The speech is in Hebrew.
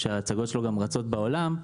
שההצגות שלו גם רצות בעולם,